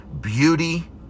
beauty